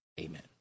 amen